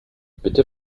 bitte